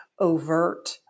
overt